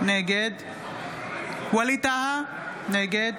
נגד ווליד טאהא, נגד